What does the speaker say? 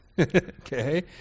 okay